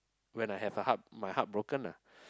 when I have a heart my heart broken lah